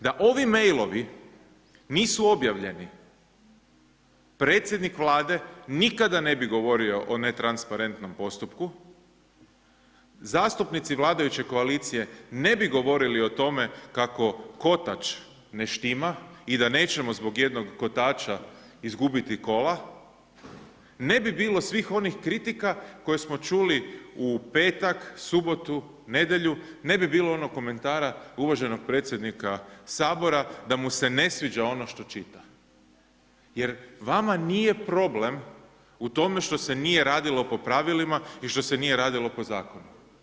Da ovi mailovi nisu objavljeni predsjednik Vlade nikada ne bi govorio o netransparentnom postupku, zastupnici vladajuće koalicije ne bi govorili o tome kako kotač ne štima i da nećemo zbog jednog kotača izgubiti kola, ne bi bilo svih onih kritika koje smo čuli u petak, subotu, nedjelju, ne bi bilo onog komentara uvaženog predsjednika Sabora da mu se sviđa ono što čita jer vama nije problem u tome što se nije radilo po pravilima i što se nije radilo po zakonu.